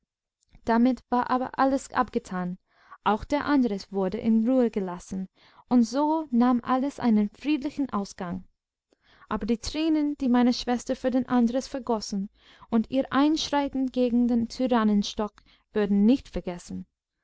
damit war aber alles abgetan auch der andres wurde in ruhe gelassen und so nahm alles einen friedlichen ausgang aber die tränen die meine schwester für den andres vergossen und ihr einschreiten gegen den tyrannenstock wurden nicht vergessen